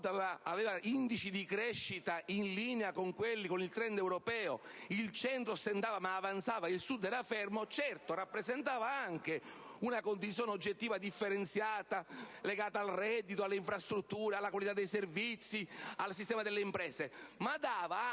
aveva indici di crescita in linea con il *trend* europeo, il Centro stentava ma avanzava, e il Sud era fermo, rappresentava certamente una condizione oggettiva differenziata legata al reddito, alle infrastrutture, alla qualità dei servizi e al sistema delle imprese, ma enunciava anche